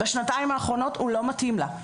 בשנתיים האחרונות הוא לא מתאים לה.